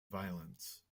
violence